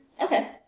Okay